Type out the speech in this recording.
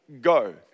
go